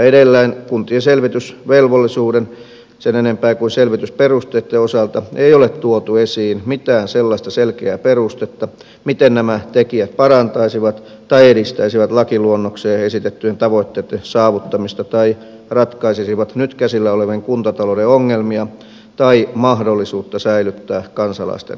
edelleen kuntien selvitysvelvollisuuden sen enempää kuin selvitysperusteitten osalta ei ole tuotu esiin mitään sellaista selkeää perustetta miten nämä tekijät parantaisivat tai edistäisivät lakiluonnokseen esitettyjen tavoitteitten saavuttamista tai ratkaisisivat nyt käsillä olevia kuntatalouden ongelmia tai mahdollisuutta säilyttää kansalaisten peruspalveluita